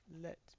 Let